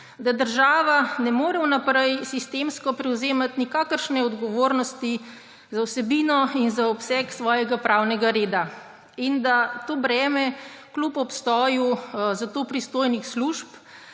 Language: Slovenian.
da država ne more vnaprej sistemsko prevzemati nikakršne odgovornosti za vsebino in za obseg svojega pravnega reda in da to breme kljub obstoju za to pristojnih služb